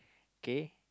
kay